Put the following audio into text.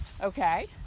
Okay